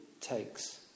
takes